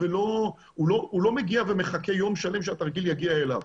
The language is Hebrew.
והוא לא מגיע ומחכה יום שלם שהתרגיל יגיע אליו,